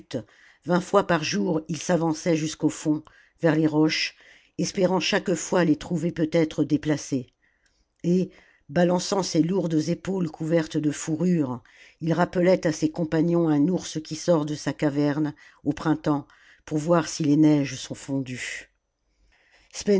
vingt fois par jour il s'avançait jusqu'au fond vers les roches espérant chaque fois les trouver peut-être déplacées et balançant ses lourdes épaules couvertes de fourrures il rappelait à ses compagnons un ours qui sort de sa caverne au printemps pour voir si les neiges sont fondues